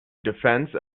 defense